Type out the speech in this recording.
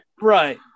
Right